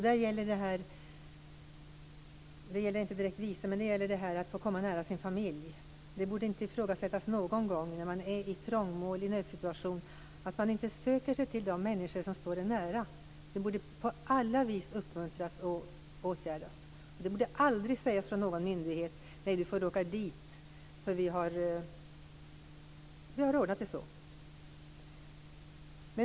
Det gäller inte direkt frågan om visumkrav, men det gäller frågan om att få komma nära sin familj. Det borde inte ifrågasättas någon gång att man, när man är i trångmål eller i en nödsituation, söker sig till de människor som står en nära. Det borde på alla vis uppmuntras och åtgärdas. Ingen myndighet borde någonsin säga: "Du får åka dit i stället, för vi har ordnat det så".